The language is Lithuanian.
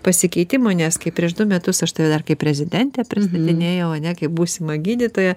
pasikeitimų nes kai prieš du metus aš tave dar kaip rezidentę pristatinėjau ane kaip būsimą gydytoją